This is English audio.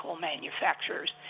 manufacturers